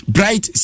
Bright